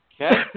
Okay